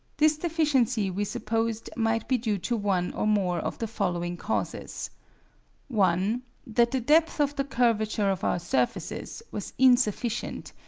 this deficiency we supposed might be due to one or more of the following causes one that the depth of the curvature of our surfaces was insufficient,